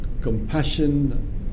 compassion